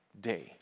day